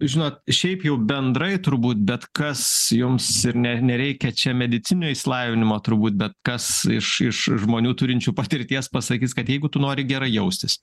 žinot šiaip jau bendrai turbūt bet kas jums ir ne nereikia čia medicininio išsilavinimo turbūt bet kas iš iš žmonių turinčių patirties pasakys kad jeigu tu nori gerai jaustis